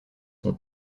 son